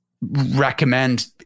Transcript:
recommend